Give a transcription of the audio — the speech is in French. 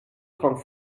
trente